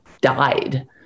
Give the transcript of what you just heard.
died